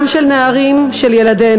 גם של נערים, של ילדינו.